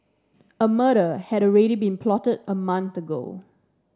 a murder had already been plotted a month ago